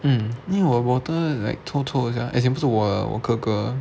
mm 因为我 bottle like 臭臭 sia as in 不是我的我哥哥的